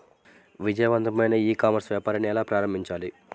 విజయవంతమైన e commerce వ్యాపారాన్ని ఎలా ప్రారంభించాలి?